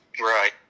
Right